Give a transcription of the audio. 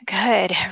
Good